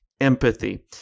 empathy